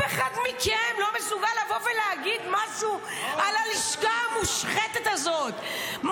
אף אחד מכם לא מסוגל לבוא ולהגיד משהו על הלשכה המושחתת הזאת,